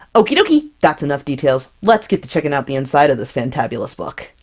okie dokie, that's enough details! let's get to checking out the inside of this fantabulous book!